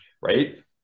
Right